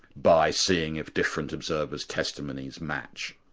by seeing if different observers' testimonies match.